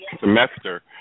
semester